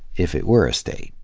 if it were a state.